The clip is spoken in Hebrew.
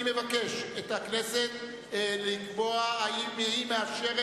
אני מבקש מהכנסת לקבוע אם היא מאשרת